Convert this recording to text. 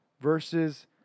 Versus